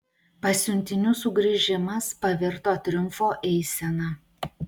pasiuntinių sugrįžimas pavirto triumfo eisena